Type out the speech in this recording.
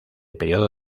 periodo